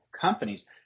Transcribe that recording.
companies